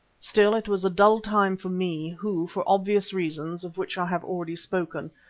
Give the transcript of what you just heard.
still, it was a dull time for me, who, for obvious reasons, of which i have already spoken,